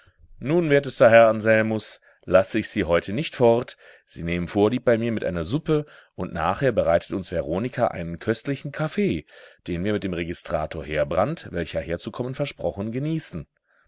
nun wertester herr anselmus lasse ich sie heute nicht fort sie nehmen vorlieb bei mir mit einer suppe und nachher bereitet uns veronika einen köstlichen kaffee den wir mit dem registrator heerbrand welcher herzukommen versprochen genießen